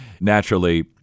naturally